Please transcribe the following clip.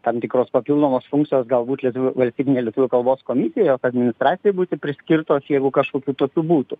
tam tikros papildomos funkcijos galbūt lietuvių valstybinė lietuvių kalbos komisija administracijai būtų priskirtos jeigu kažkokių tokių būtų